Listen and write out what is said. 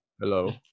Hello